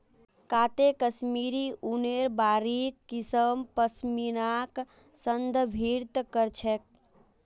काते कश्मीरी ऊनेर बारीक किस्म पश्मीनाक संदर्भित कर छेक